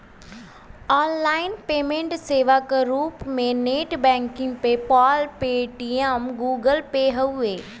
online payment सेवा क रूप में net banking PayPal, Paytm, Google Pay हउवे